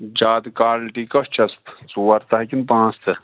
زیادٕ کالٹی کَتھ چھَس ژور تَہہ کِنہٕ پانٛژھ تَہہ